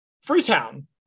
Freetown